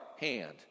hand